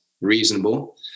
reasonable